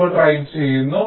എന്നിവ ഡ്രൈവ് ചെയ്യുന്നു